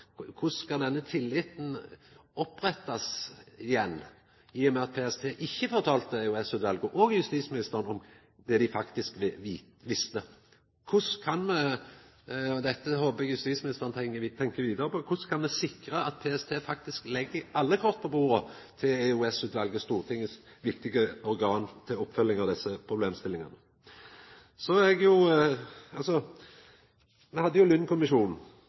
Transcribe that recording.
Korleis skal denne tilliten rettast opp igjen, i og med at PST ikkje fortalde EOS-utvalet og justisministeren om det dei faktisk visste? Dette håpar eg at justisministeren tenkjer vidare på. Korleis kan me sikra at PST faktisk legg alle korta på bordet til EOS-utvalet – Stortinget sitt viktige organ til oppfølging av desse problemstillingane? Me hadde Lund-kommisjonen. Me som er på venstresida, veit jo